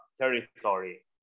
territory